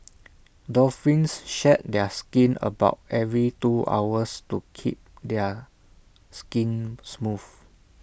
dolphins shed their skin about every two hours to keep their skin smooth